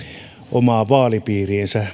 omaan vaalipiiriinsä